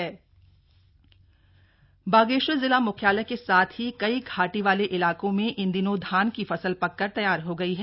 धान की फसल बागेश्वर जिला म्ख्यालय के साथ ही कई घाटी वाले इलाकों में इन दिनों धान की फसल पककर तैयार हो गई है